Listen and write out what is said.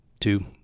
two